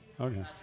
Okay